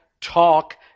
talk